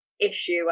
issue